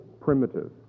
primitive